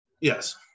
Yes